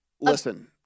Listen